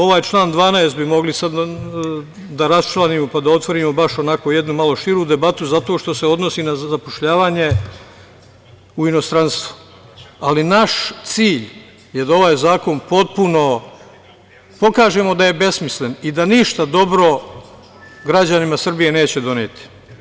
Ovaj član 12. bi mogli sad da raščlanimo pa da otvorimo baš onako malo širu debatu zato što se odnosi na zapošljavanje u inostranstvu, ali naš cilj je da ovaj zakon potpuno pokažemo da je besmislen i da ništa dobro građanima Srbije neće doneti.